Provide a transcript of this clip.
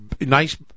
nice